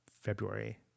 February